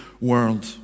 world